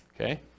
Okay